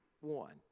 one